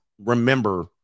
remember